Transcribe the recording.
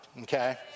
Okay